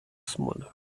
smaller